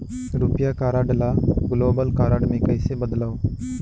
रुपिया कारड ल global card मे कइसे बदलव?